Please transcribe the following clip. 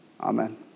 amen